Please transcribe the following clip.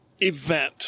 event